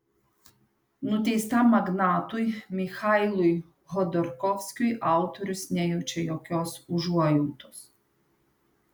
nuteistam magnatui michailui chodorkovskiui autorius nejaučia jokios užuojautos